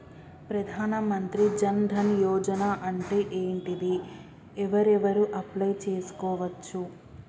ప్రధాన మంత్రి జన్ ధన్ యోజన అంటే ఏంటిది? ఎవరెవరు అప్లయ్ చేస్కోవచ్చు?